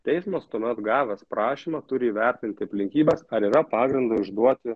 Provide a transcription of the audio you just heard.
teismas tuomet gavęs prašymą turi įvertint aplinkybes ar yra pagrindo išduoti